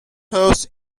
house